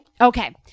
Okay